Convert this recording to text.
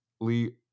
Lee